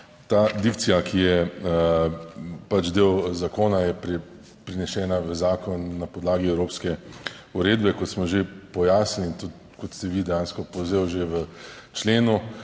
Ta dikcija, ki je del zakona, je prenesena v zakon na podlagi evropske uredbe, kot smo že pojasnili, in tudi kot ste vi dejansko povzel že v členu